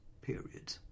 period